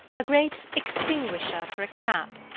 a great extinguisher for a cap,